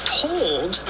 told